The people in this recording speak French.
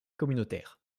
communautaire